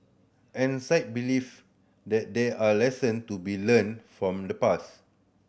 and Singh believe that there are lesson to be learnt from the past